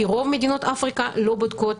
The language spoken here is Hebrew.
כי רוב מדינות אפריקה לא בודקות,